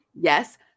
yes